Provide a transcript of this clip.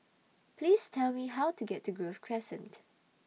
Please Tell Me How to get to Grove Crescent